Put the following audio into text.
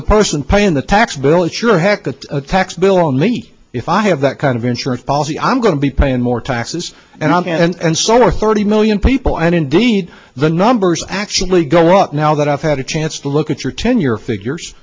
the person paying the tax bill it sure heck that's a tax bill on me if i have that kind of insurance policy i'm going to be paying more taxes and i'm and so are thirty million people and indeed the numbers actually go up now that i've had a chance to look at your tenure figures